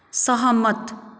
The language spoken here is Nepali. सहमत